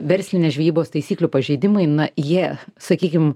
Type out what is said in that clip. verslinės žvejybos taisyklių pažeidimai na jie sakykim